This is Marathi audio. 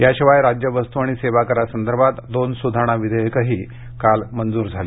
याशिवाय राज्य वस्तु आणि सेवा करासंदर्भात दोन सुधारणा विधेयकही काल मंजूर झाली